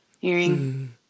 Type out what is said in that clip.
hearing